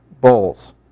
bowls